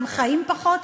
הם חיים פחות,